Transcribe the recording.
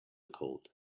cold